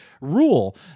rule